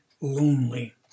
lonely